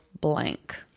blank